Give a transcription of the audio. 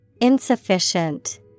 Insufficient